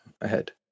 ahead